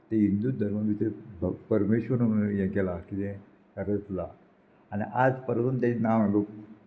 तें हिंदू धर्में परमेश्वर म्हणून हें केला कितें गरजलां आनी आज परसून तें नांव लोक